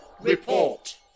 Report